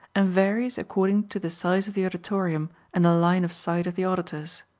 and varies according to the size of the auditorium and the line of sight of the auditors.